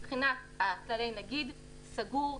מבחינת כללי נגיד וזה סגור,